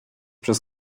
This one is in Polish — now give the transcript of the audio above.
przez